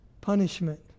punishment